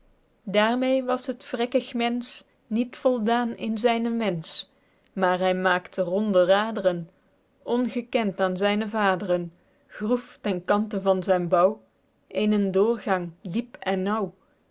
daermeê was het vrekkig mensch niet voldaen in zynen wensch maer hy maekte ronde raedren ongekend aen zyne vaedren groef ten kante van zyn bouw eenen doorgang diep en